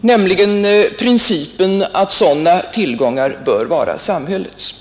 nämligen principen att sådana tillgångar bör vara samhällets?